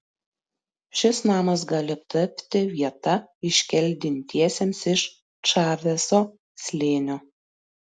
šis namas gali tapti vieta iškeldintiesiems iš čaveso slėnio